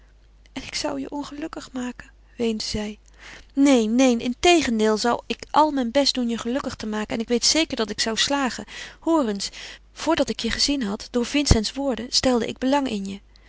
en ik zou je ongelukkig maken weende zij neen neen integendeel zou ik al mijn best doen je gelukkig te maken en ik weet zeker dat ik zou slagen hoor eens voordat ik je gezien had door vincents woorden stelde ik belang in je